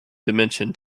dimension